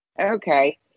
Okay